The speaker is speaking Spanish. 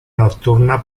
nocturna